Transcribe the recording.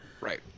Right